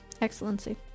Excellency